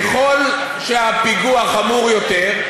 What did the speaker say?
ככל שהפיגוע חמור יותר,